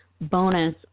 bonus